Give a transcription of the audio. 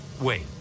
Wait